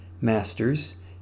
Masters